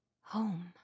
Home